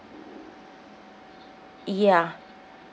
ya